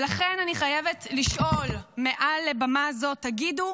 ולכן אני חייבת לשאול מעל במה זו: תגידו,